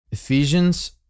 Ephesians